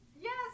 Yes